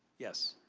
yes.